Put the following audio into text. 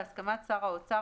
בהסכמת שר האוצר,